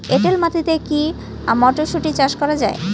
এটেল মাটিতে কী মটরশুটি চাষ করা য়ায়?